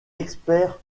expert